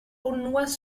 aulnois